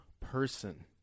person